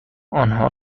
آنها